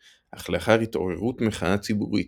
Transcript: אך לאחר התעוררות מחאה ציבורית